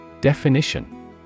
Definition